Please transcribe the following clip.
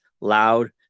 loud